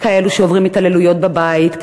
כאלה שעוברים התעללויות בבית,